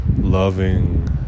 loving